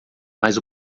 mas